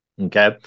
okay